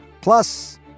Plus